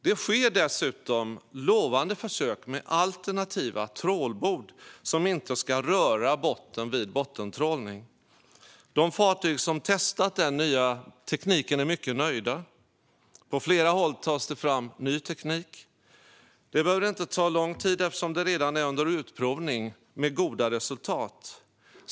Det sker dessutom lovande försök med alternativa trålbord som inte ska röra botten vid bottentrålning. På de fartyg som testat den nya tekniken är man mycket nöjd. På flera håll tas det fram ny teknik. Det behöver inte ta lång tid eftersom det redan är under utprovning med goda resultat.